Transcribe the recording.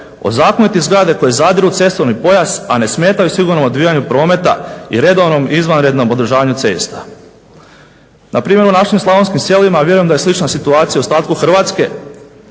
ozakoniti zgrade koje zadiru u cestovni pojas, a ne smetaju sigurnom odvijanju prometa i redovnom i izvanrednom održavanju cesta. Na primjer u našim slavonskim selima, a vjerujem da je slična situacija i u ostatku Hrvatske,